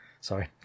Sorry